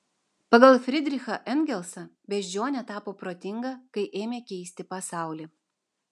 pagal fridrichą engelsą beždžionė tapo protinga kai ėmė keisti pasaulį